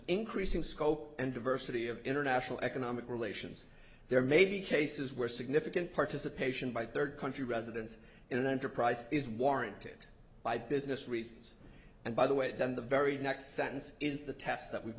increasing scope and diversity of international economic relations there may be cases where significant participation by third country residence in an enterprise is warranted by business reasons and by the way then the very next sentence is the test that we've